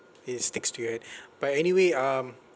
it sticks to your head but anyway um